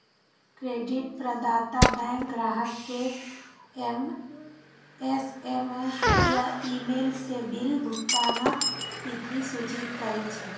credit प्रदाता bank ग्राहक कें एस.एम.एस या ईमेल सं बिल भुगतानक तिथि सूचित करै छै